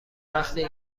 وقتی